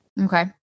okay